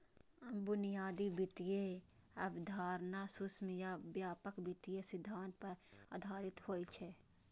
बुनियादी वित्तीय अवधारणा सूक्ष्म आ व्यापक वित्तीय सिद्धांत पर आधारित होइ छै